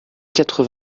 quatre